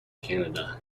canada